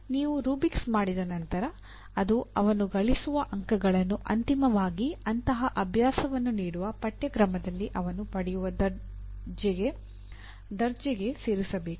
ನೀವು ರೂಬ್ರಿಕ್ಸ್ ಮಾಡಿದ ನಂತರ ಅದು ಅವನು ಗಳಿಸುವ ಅಂಕಗಳನ್ನು ಅಂತಿಮವಾಗಿ ಅಂತಹ ಅಭ್ಯಾಸವನ್ನು ನೀಡುವ ಪಠ್ಯಕ್ರಮದಲ್ಲಿ ಅವನು ಪಡೆಯುವ ದರ್ಜೆಗೆ ಸೇರಿಸಬೇಕು